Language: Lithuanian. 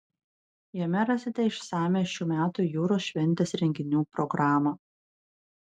jame rasite išsamią šių metų jūros šventės renginių programą